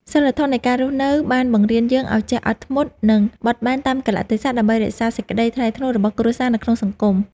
សីលធម៌នៃការរស់នៅបានបង្រៀនយើងឱ្យចេះអត់ធ្មត់ និងបត់បែនតាមកាលៈទេសៈដើម្បីរក្សាសេចក្តីថ្លៃថ្នូររបស់គ្រួសារនៅក្នុងសង្គម។